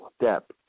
step